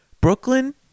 Brooklyn